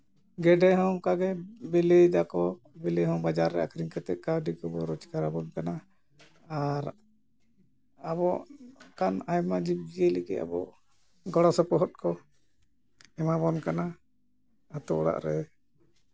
ᱜᱮᱰᱮ ᱦᱚᱸ ᱚᱱᱠᱟᱜᱮ ᱵᱤᱞᱤᱭ ᱫᱟᱠᱚ ᱵᱤᱞᱤ ᱦᱚᱸ ᱵᱟᱡᱟᱨ ᱨᱮ ᱟᱹᱠᱷᱨᱤᱧ ᱠᱟᱛᱮᱫ ᱠᱟᱹᱣᱰᱤ ᱠᱚᱵᱚᱱ ᱨᱳᱡᱽᱜᱟᱨ ᱟᱵᱚᱱ ᱠᱟᱱᱟ ᱟᱨ ᱟᱵᱚ ᱚᱱᱠᱟᱱ ᱟᱭᱢᱟ ᱡᱤᱵᱽᱼᱡᱤᱭᱟᱹᱞᱤᱜᱮ ᱜᱚᱲᱚᱥᱚᱯᱚᱦᱚᱫ ᱠᱚ ᱮᱢᱟᱵᱚᱱ ᱠᱟᱱᱟ ᱟᱹᱛᱩ ᱚᱲᱟᱜ ᱨᱮ